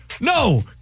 No